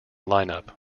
lineup